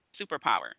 superpower